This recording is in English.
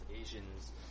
Asians